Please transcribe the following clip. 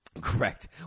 correct